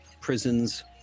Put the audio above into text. prisons